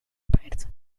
spreekt